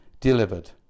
delivered